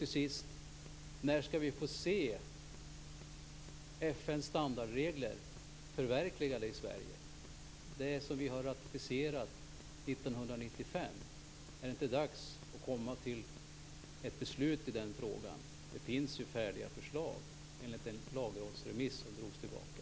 Till sist: När skall vi få se FN:s standardregler förverkligade i Sverige - de regler som vi ratificerade 1995? Är det inte dags att komma till ett beslut i den frågan? Det finns ju färdiga förslag enligt den lagrådsremiss som drogs tillbaka.